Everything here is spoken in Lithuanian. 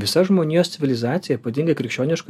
visa žmonijos civilizacija ypatingai krikščioniška